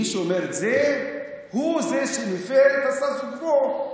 מי שאומר את זה הוא זה שמפר את הסטטוס קוו,